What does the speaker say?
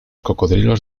cocodrilos